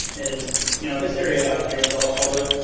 is you know this area down here is all public,